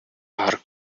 are